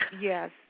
yes